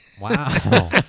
Wow